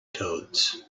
toads